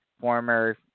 former